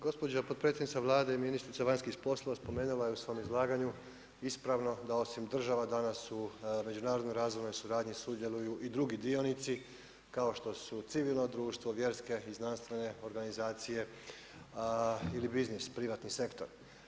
Gospođa potpredsjednica Vlade i ministrica vanjskih poslova spomenula je u svom izlaganju ispravno da osim država danas u međunarodnoj razvojnoj suradnji sudjeluju i drugi dionici kao što su civilno društvo, vjerske i znanstvene organizacije ili biznis, privatni sektor.